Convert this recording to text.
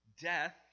death